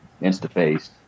InstaFace